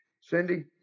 Cindy